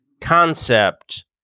concept